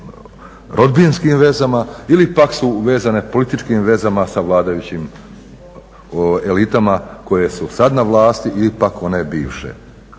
rodbinskim vezama ili pak su vezane političkim vezama sa vladajućim elitama koje su sad na vlasti ili pak one bivše.